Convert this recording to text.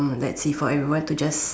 let's see for everyone to just